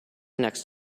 next